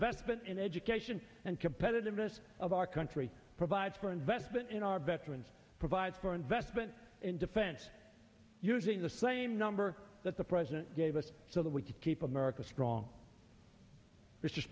investment in education and competitiveness of our country provide for investment in our veterans provide for investment in defense using the same number that the president gave us so that we can keep america strong